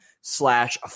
slash